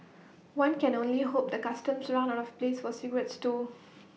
one can only hope the Customs runs out of place for cigarettes too